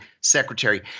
secretary